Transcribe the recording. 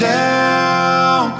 down